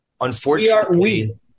Unfortunately